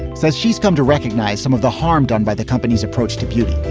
says she's come to recognize some of the harm done by the company's approach to beauty